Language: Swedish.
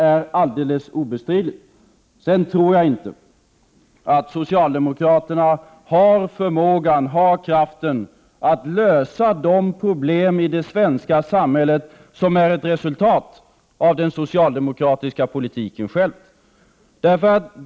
Jag tror inte att socialdemokraterna har förmågan eller kraften att lösa de problem i det svenska samhället som är ett resultat av den socialdemokratiska politiken själv.